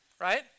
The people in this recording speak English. right